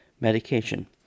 Medication